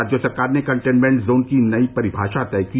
राज्य सरकार ने कंटेनमेन्ट जोन की नई परिभाषा तय की